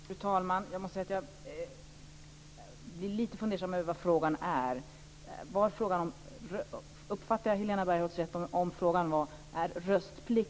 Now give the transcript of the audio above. Fru talman! Jag måste säga att jag är lite fundersam över vad frågan handlar om. Uppfattade jag